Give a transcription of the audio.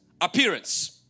appearance